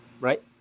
right